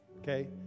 Okay